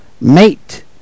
mate